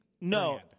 No